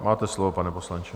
Máte slovo, pane poslanče.